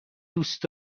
دوست